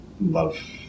love